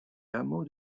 hameau